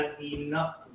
enough